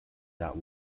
that